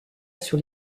sur